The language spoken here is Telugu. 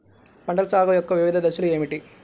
పంటల సాగు యొక్క వివిధ దశలు ఏమిటి?